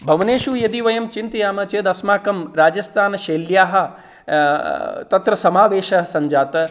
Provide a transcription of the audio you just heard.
भवनेषु यदि वयं चिन्तयामः चेद् अस्माकं राजस्थानशैल्याः तत्र समावेषः सञ्जातः